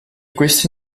questi